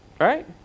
right